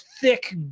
thick